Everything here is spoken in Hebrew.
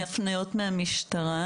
שהם הפניות מהמשטרה,